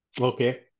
Okay